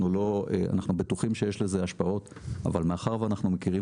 אנחנו בטוחים שיש לזה השפעות אבל מאחר ואנחנו מכירים